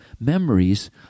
memories